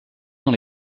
dans